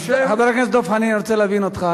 חבר הכנסת דב חנין, אני רוצה להבין אותך.